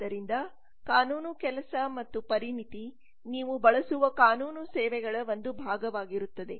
ಆದ್ದರಿಂದ ಕಾನೂನು ಕೆಲಸ ಮತ್ತು ಪರಿಣಿತಿ ನೀವು ಬಳಸುವ ಕಾನೂನು ಸೇವೆಗಳ ಒಂದು ಭಾಗಾವಾಗಿರುತ್ತದೆ